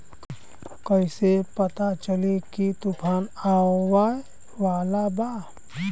कइसे पता चली की तूफान आवा वाला बा?